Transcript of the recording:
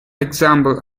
examples